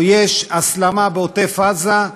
או שיש הסלמה בעוטף-עזה,